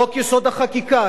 חוק-יסוד: החקיקה,